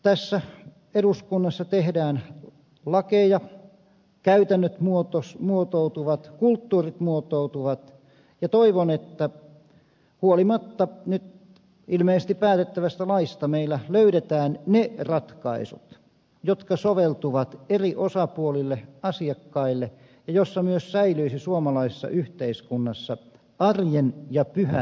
tässä eduskunnassa tehdään lakeja käytännöt muotoutuvat kulttuurit muotoutuvat ja toivon että huolimatta nyt ilmeisesti päätettävästä laista meillä löydetään ne ratkaisut jotka soveltuvat eri osapuolille asiakkaille ja joissa myös säilyisi suomalaisessa yhteiskunnassa arjen ja pyhän ero